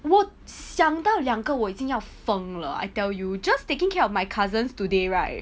我想到两个我已经要疯了 I tell you just taking care of my cousins today right